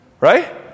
Right